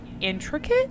intricate